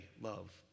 love